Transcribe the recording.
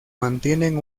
mantienen